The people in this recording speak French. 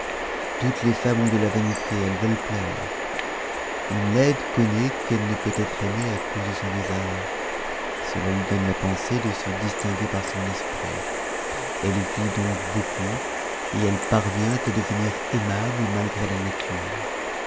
toutes les femmes ont de la vanité elles veulent plaire une laide connaît qu'elle ne peut être aimée à cause de son visage cela lui donne la pensée de se distinguer par son esprit elle étudie donc beaucoup et elle parvient à devenir aimable malgré la nature